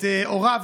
ואת הוריו,